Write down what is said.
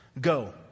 go